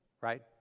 right